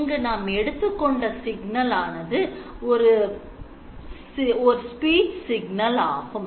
இங்கு நாம் எடுத்துக்கொண்ட சிக்னல் ஆனது ஓர் speech சிக்னல் ஆகும்